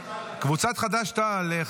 חד"ש-תע"ל?